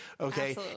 Okay